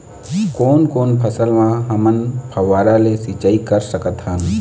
कोन कोन फसल म हमन फव्वारा ले सिचाई कर सकत हन?